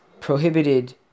prohibited